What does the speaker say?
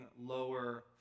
lower